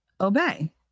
obey